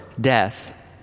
death